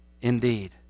indeed